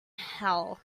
hell